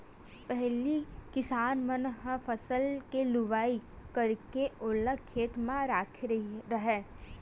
पहिली किसान मन ह फसल के लुवई करके ओला खेते म राखे राहय